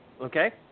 Okay